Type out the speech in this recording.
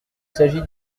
s’agit